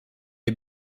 est